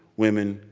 women,